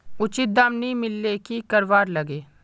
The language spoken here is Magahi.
उचित दाम नि मिलले की करवार लगे?